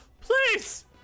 Please